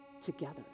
together